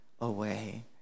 away